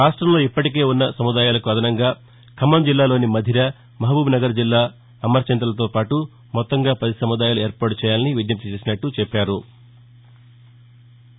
రాష్టంలో ఇప్పటికే ఉన్న సముదాయాలకు అదనంగా ఖమ్మం జిల్లాలోని మధిర మహబూబ్నగర్ జిల్లా అమరచింతలతోపాటు మొత్తంగా పది సముదాయాలు ఏర్పాటు చేయాలని విజ్ఞప్తి చేశామని తెలిపారు